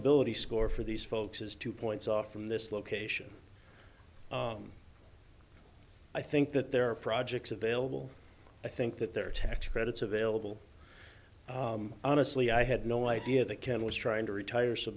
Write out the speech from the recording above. walkability score for these folks is two points off from this location i think that there are projects available i think that there are tax credits available honestly i had no idea that ken was trying to retire so